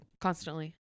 Constantly